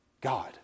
God